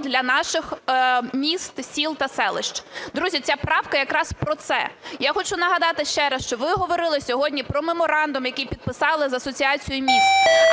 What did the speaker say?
для наших міст, сіл та селищ. Друзі, ця правка якраз про це. Я хочу нагадати ще раз, що ви говорили сьогодні про меморандум, який підписали з Асоціацією міст.